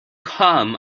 come